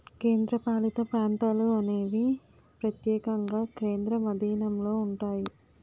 కేంద్రపాలిత ప్రాంతాలు అనేవి ప్రత్యక్షంగా కేంద్రం ఆధీనంలో ఉంటాయి